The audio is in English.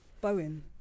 Bowen